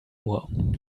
ohr